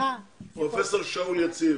פרופסור שאול יציב.